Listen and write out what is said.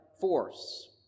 force